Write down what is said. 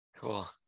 cool